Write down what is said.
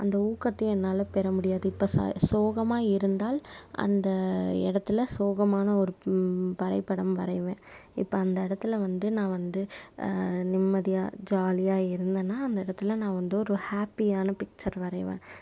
அந்த ஊக்கத்தையும் என்னால் பெற முடியாது இப்போ ச சோகமாக இருந்தால் அந்த இடத்துல சோகமான ஒரு வரைப்படம் வரைவேன் இப்போ அந்த இடத்துல வந்து நான் வந்து நிம்மதியாக ஜாலியாக இருந்தேன்னால் அந்த இடத்துல நான் வந்து ஒரு ஹாப்பியான பிக்ச்சர் வரைவேன்